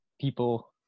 people